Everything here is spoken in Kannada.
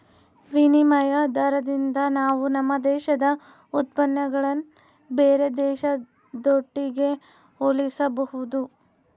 ವಿನಿಮಯ ದಾರದಿಂದ ನಾವು ನಮ್ಮ ದೇಶದ ಉತ್ಪನ್ನಗುಳ್ನ ಬೇರೆ ದೇಶದೊಟ್ಟಿಗೆ ಹೋಲಿಸಬಹುದು